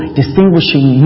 distinguishing